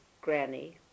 Granny